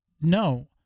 No